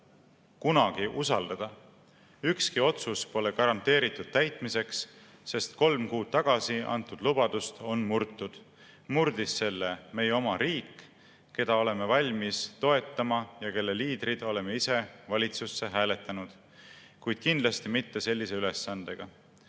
kunagi usaldada, ükski otsus pole garanteeritud täitmiseks. [---] [k]olm kuud tagasi antud lubadust on murtud. Murdis selle meie oma riik, keda oleme valmis toetama ja kelle liidrid oleme ise valitsusse hääletanud. Kuid kindlasti mitte sellise ülesandega."